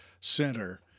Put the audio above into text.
center